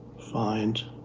find